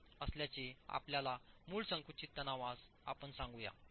03 असल्याचे आपल्या मूळ संकुचित तणावास आपण सांगूया